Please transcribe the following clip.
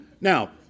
Now